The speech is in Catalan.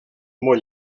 món